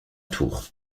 tour